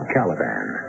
Caliban